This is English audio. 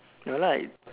no lah it's